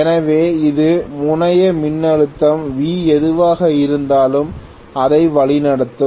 எனவே இது முனைய மின்னழுத்தம் V எதுவாக இருந்தாலும் அதை வழிநடத்தும்